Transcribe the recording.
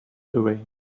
away